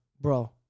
bro